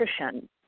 nutrition